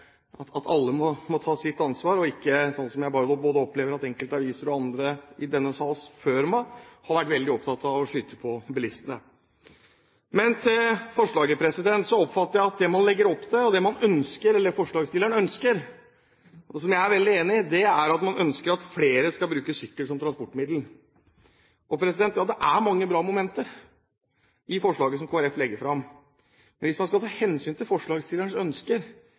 alle må ta sitt ansvar og ikke – sånn som jeg både opplever at enkelte aviser og andre i denne sal før meg har vært veldig opptatt av – skyte på bilistene. Men til forslaget: Jeg oppfatter at det man legger opp til, og det forslagsstillerne ønsker, og som jeg er veldig enig i, er at flere skal bruke sykkel som transportmiddel. Ja, det er mange bra momenter i forslaget som Kristelig Folkeparti legger fram. Men hvis man skal ta hensyn til forslagsstillernes ønsker,